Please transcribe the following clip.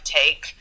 take